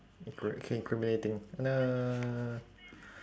incri~ incriminating no